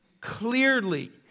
clearly